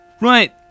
right